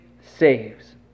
saves